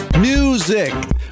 Music